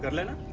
lala